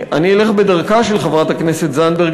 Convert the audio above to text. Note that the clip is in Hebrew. אני אלך בדרכה של חברת הכנסת זנדברג,